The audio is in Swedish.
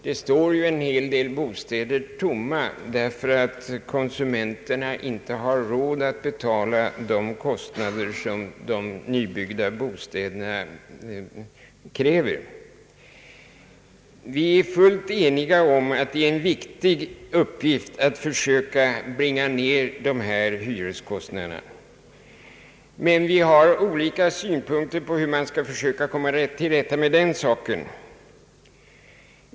Det står ju en hel del bostäder tomma därför att konsumenterna inte har råd att betala de kostnader som de nybyggda bostäderna betingar. Vi är eniga om att det är en viktig uppgift att försöka bringa ned hyreskostnaderna. Men vi har olika synpunkter på hur man skall försöka komma till rätta med den saken.